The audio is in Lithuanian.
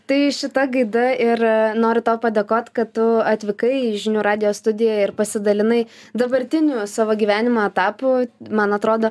tai šita gaida ir noriu tau padėkot kad tu atvykai į žinių radijo studiją ir pasidalinai dabartiniu savo gyvenimo etapu man atrodo